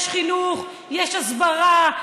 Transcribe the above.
יש חינוך, יש הסברה.